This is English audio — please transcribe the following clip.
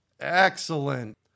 Excellent